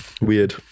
Weird